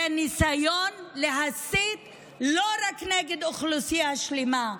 זה ניסיון להסית לא רק נגד אוכלוסייה שלמה,